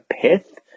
pith